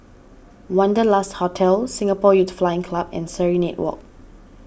Wanderlust Hotel Singapore Youth Flying Club and Serenade Walk